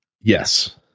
Yes